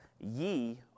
ye